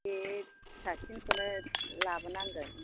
बे फिसासिनखौनो लाबोनांगोन